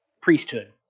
priesthood